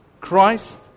Christ